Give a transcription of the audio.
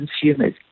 consumers